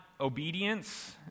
obedience